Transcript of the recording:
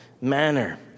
manner